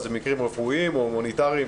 למשל למקרים רפואיים או הומניטריים,